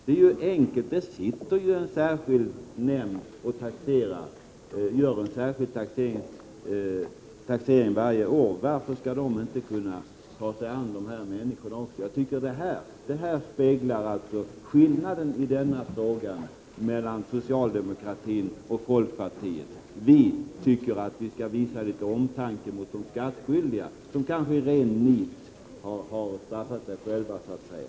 Varför skulle inte en särskild nämnd som gör taxeringar varje år också kunna ta sig an dessa människors problem? Olikheten i inställning i denna fråga tycker jag speglar skillnaden mellan socialdemokraterna och folkpartiet. Vi tycker att man skall visa litet omtanke om de skattskyldiga som kanske av rent nit har gått emot sitt eget intresse.